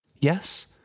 Yes